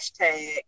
hashtag